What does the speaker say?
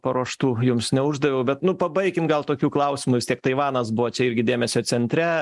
paruoštų jums neuždaviau bet nu pabaikim gal tokiu klausimu vis tiek taivanas buvo čia irgi dėmesio centre